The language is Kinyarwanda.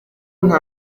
nta